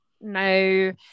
No